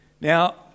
Now